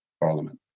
parliament